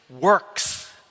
works